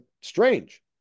strange